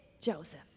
Joseph